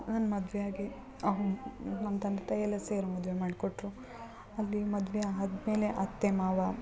ನನ್ನ ಮದುವೆ ಆಗಿ ನಮ್ಮ ತಂದೆ ತಾಯಿಯೆಲ್ಲ ಸೇರಿ ಮದುವೆ ಮಾಡಿಕೊಟ್ರು ಅಲ್ಲಿ ಮದುವೆ ಆದಮೇಲೆ ಅತ್ತೆ ಮಾವ